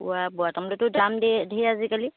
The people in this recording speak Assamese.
ওৱা বুঢ়া তামোলৰতো দাম ধেই ধেৰ আজিকালি